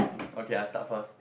okay I start first